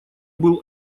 был